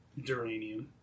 Duranium